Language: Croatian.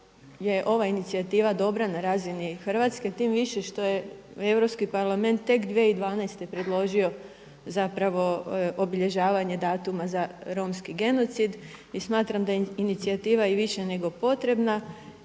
ova inicijativa na razini Hrvatske tim više što je Europski parlament tek 2012. predložio obilježavanja datuma za romski genocid. I smatram da je inicijativa više nego potrebna